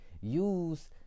Use